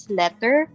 letter